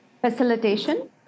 facilitation